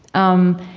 um,